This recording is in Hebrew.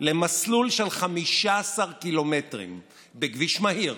במסלול של 15 קילומטר בכביש מהיר.